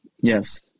Yes